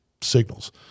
signals